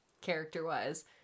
character-wise